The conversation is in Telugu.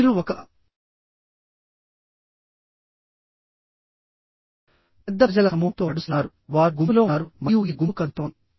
మీరు ఒక పెద్ద ప్రజల సమూహం తో నడుస్తున్నారు వారు గుంపులో ఉన్నారు మరియు ఈ గుంపు కదులుతోంది